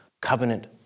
covenant